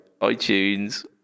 iTunes